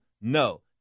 No